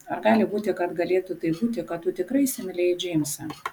ar gali būti ar galėtų taip būti kad tu tikrai įsimylėjai džeimsą